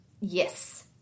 Yes